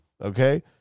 okay